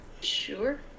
Sure